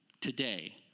today